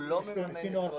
הוא לא מממן את כל הטיפולים.